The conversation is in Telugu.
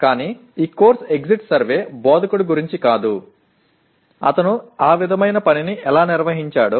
కానీ ఈ కోర్సు ఎగ్జిట్ సర్వే బోధకుడి గురించి కాదు అతను ఆ విధమైన పనిని ఎలా నిర్వహించాడో